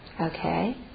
Okay